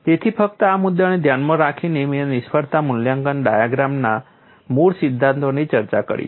તેથી ફક્ત આ મુદ્દાને ધ્યાનમાં રાખીને મેં નિષ્ફળતા મૂલ્યાંકન ડાયાગ્રામના મૂળ સિદ્ધાંતોની ચર્ચા કરી છે